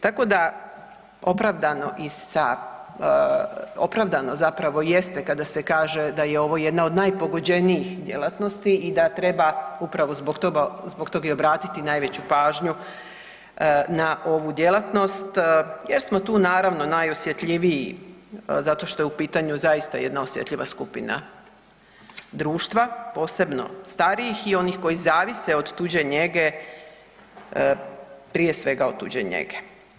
Tako da opravdano i sa, opravdano zapravo jeste kada se kaže da je ovo jedna od najpogođenijih djelatnosti i da treba upravo zbog tog i obratiti najveću pažnju na ovu djelatnost jer smo naravno tu najosjetljiviji zato što je u pitanju zaista jedna osjetljiva skupina društva, posebno starijih i onih koji zavise od tuđe njege, prije svega od tuđe njege.